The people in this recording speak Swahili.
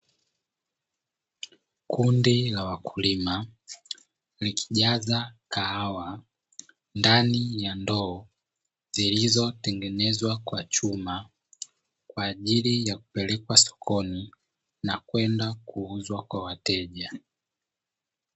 Kundi la wakulima likijaza kahawa ndani ya ndoo zilizo tengenezwa kwa chuma, kwa ajili ya kupelekwa sokoni na kwenda kuuzwa kwa wateja.